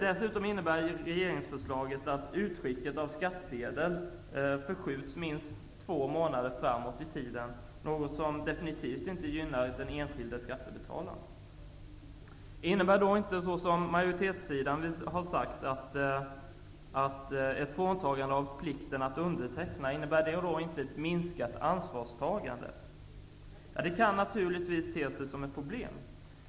Dessutom innebär regeringsförslaget att utskicket av skattsedel förskjuts minst två månader framåt i tiden, något som definitivt inte gynnar den enskilde skattebetalaren. Man har från majoriteten sagt att ett borttagande av plikten att underteckna skulle kunna innebära ett minskat ansvarstagande. Det kan naturligtvis te sig som ett problem.